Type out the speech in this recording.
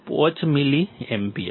5 milliampere